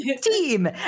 team